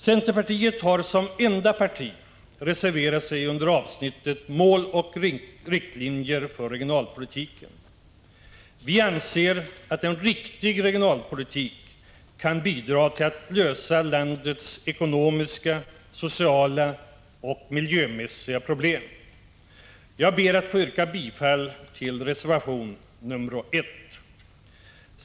Centerpartiet har som enda parti reserverat sig under avsnittet Mål och riktlinjer för regionalpolitiken. Vi anser att en riktig regionalpolitik kan bidra till att lösa landets ekonomiska, sociala och miljömässiga problem. Jag ber att få yrka bifall till reservation nr 1.